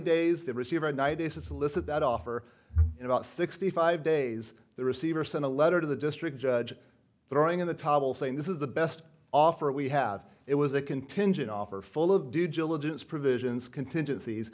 days the receiver night is to solicit that offer in about sixty five days the receiver sent a letter to the district judge throwing in the towel saying this is the best offer we have it was a contingent offer full of digital provisions contingencies